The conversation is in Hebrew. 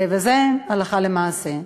וזה הלכה למעשה.